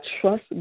trust